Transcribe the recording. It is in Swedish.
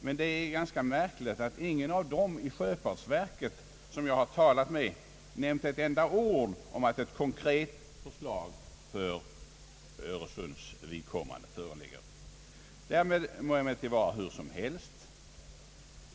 Men det är ganska märkligt att ingen av dem i sjöfartsverket, som jag talat med, har nämnt ett enda ord om att ett konkret förslag för Öresunds vidkommande föreligger. — Därmed må dock vara hur som helst.